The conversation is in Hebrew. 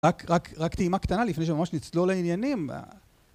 רק טעימה קטנה לפני שממש נצלול לעניינים.